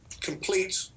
complete